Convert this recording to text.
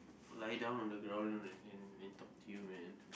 lie down on the ground and and and talk to you man